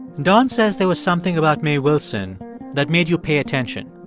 don says there was something about mae wilson that made you pay attention.